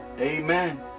Amen